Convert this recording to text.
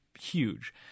huge